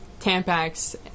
Tampax